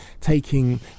taking